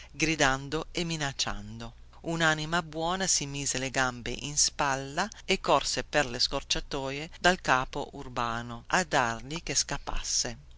gridando e minacciando unanima buona si mise le gambe in spalla e corse per le scorciatoie dal capo urbano a dirgli che scappasse